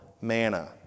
manna